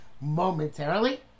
momentarily